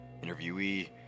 Interviewee